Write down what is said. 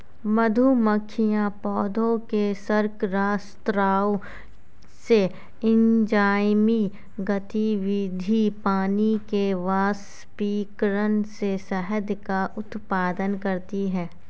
मधुमक्खियां पौधों के शर्करा स्राव से, एंजाइमी गतिविधि, पानी के वाष्पीकरण से शहद का उत्पादन करती हैं